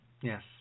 Yes